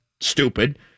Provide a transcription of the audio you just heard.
stupid